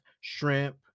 shrimp